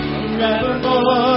Forevermore